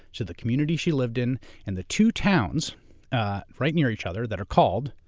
to the community she lived in and the two towns right near each other that are called,